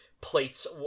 plates